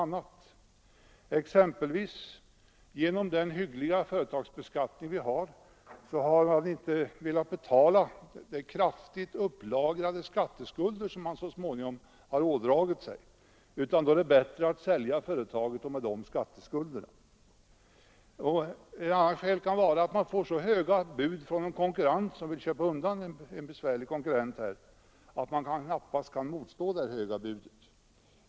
Kanske har man exempelvis på grund av den hyggliga företagsbeskattning som vi har inte varit villig att betala de kraftigt upplagrade skatteskulder som man ådragit sig utan funnit det bättre att sälja företaget och med det skatteskulderna. Ett annat skäl kan vara att man fått så höga bud från något företag, som vill köpa undan en besvärlig konkurrent, att man knappast kunnat motstå detta.